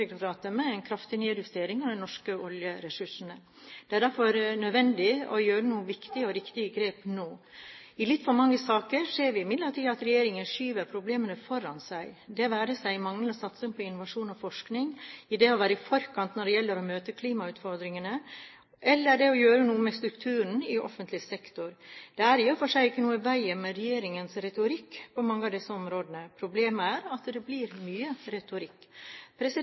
med en kraftig nedjustering av de norske oljeressursene. Det er derfor nødvendig å gjøre noen viktige og riktige grep nå. I litt for mange saker ser vi imidlertid at regjeringen skyver problemene foran seg – det være seg manglende satsing på innovasjon og forskning, det å være i forkant når det gjelder å møte klimautfordringene, eller det å gjøre noe med strukturene i offentlig sektor. Det er i og for seg ikke noe i veien med regjeringens retorikk på mange av disse områdene. Problemet er at det blir mye retorikk.